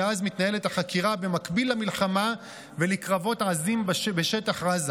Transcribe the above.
מאז מתנהלת החקירה במקביל למלחמה ולקרבות עזים בשטח עזה